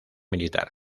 militar